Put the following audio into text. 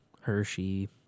Hershey